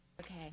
Okay